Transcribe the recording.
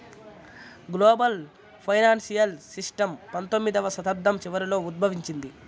global financial system పంతొమ్మిదవ శతాబ్దం చివరలో ఉద్భవించింది